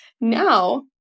Now